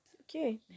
Okay